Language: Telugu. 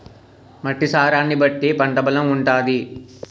మట్టి సారాన్ని బట్టి పంట బలం ఉంటాది